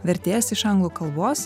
vertėjas iš anglų kalbos